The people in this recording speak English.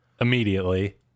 Immediately